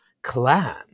Clan